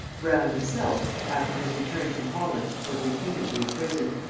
brown himself, after his return from holland, was repeatedly imprisoned,